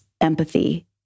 empathy